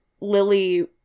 Lily